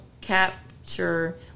capture